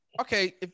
Okay